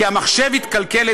כי המחשב התקלקל,